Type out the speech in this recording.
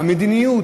והמדיניות,